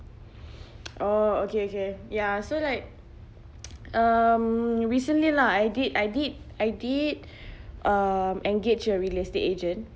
orh okay okay ya so like um recently lah I did I did I did um engage a real estate agent